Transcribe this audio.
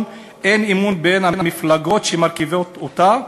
אין אמון בין המפלגות שמרכיבות אותה,